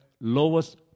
lowest